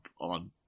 on